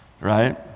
right